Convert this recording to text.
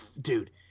dude